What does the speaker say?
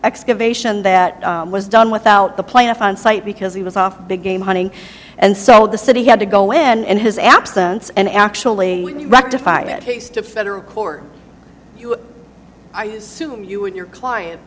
excavation that was done without the plaintiff on site because he was off big game hunting and so the city had to go in and his absence and actually rectify it case to federal court i assume you and your client